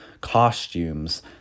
costumes